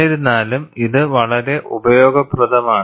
എന്നിരുന്നാലും ഇത് വളരെ ഉപയോഗപ്രദമാണ്